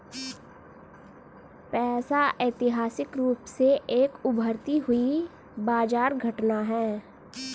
पैसा ऐतिहासिक रूप से एक उभरती हुई बाजार घटना है